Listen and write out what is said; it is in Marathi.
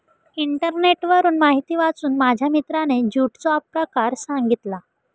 इंटरनेटवरून माहिती वाचून माझ्या मित्राने ज्यूटचा प्रकार सांगितला